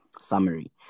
Summary